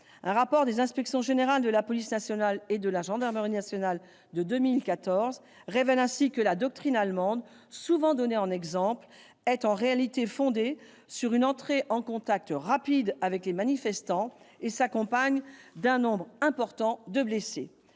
Un rapport de 2014 des inspections générales de la police et de la gendarmerie nationales révèle ainsi que la doctrine allemande, souvent citée en exemple, est en réalité fondée sur une entrée en contact rapide avec les manifestants et s'accompagne d'un nombre élevé de blessés.